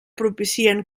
propicien